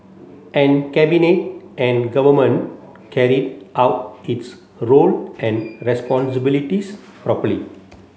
and Cabinet and Government carried out its role and responsibilities properly